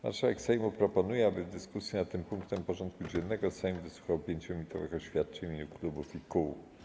Marszałek Sejmu proponuje, aby w dyskusji nad tym punktem porządku dziennego Sejm wysłuchał 5-minutowych oświadczeń w imieniu klubów i kół.